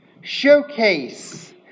showcase